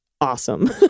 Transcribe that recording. Awesome